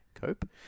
Cope